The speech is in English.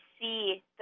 see